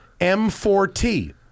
M4T